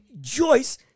Joyce